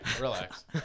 relax